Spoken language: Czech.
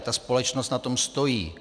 Ta společnost na tom stojí.